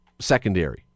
secondary